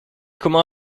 comment